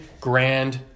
grand